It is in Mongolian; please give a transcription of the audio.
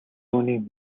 үүнийг